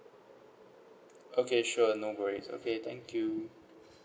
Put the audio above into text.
okay sure no worries okay thank you